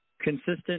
Consistent